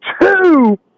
two